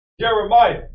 Jeremiah